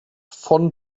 von